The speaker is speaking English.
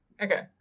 Okay